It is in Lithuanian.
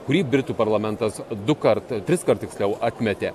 kurį britų parlamentas dukart triskart tiksliau atmetė